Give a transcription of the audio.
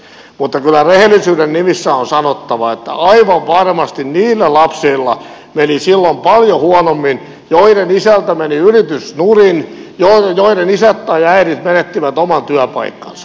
mutta kyllä rehellisyyden nimissä on sanottava että aivan varmasti niillä lapsilla meni silloin paljon huonommin joiden isältä meni yritys nurin joiden isät tai äidit menettivät oman työpaikkansa